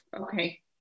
Okay